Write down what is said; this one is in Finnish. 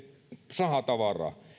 sahatavaraa niin